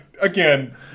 again